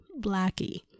Blackie